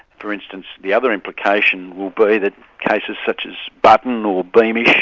for instance, the other implication will be that cases such as button or beamish,